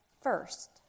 first